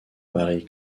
marie